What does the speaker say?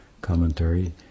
commentary